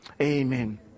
amen